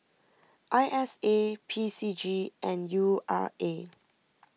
I S A P C G and U R A